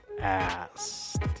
asked